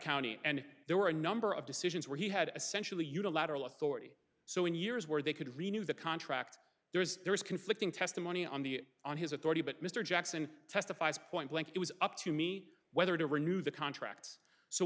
county and there were a number of decisions where he had essentially unilateral authority so in years where they could renew the contract there is there is conflicting testimony on the on his authority but mr jackson testifies point blank it was up to me whether to renew the contracts so